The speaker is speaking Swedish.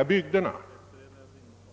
i bygderna?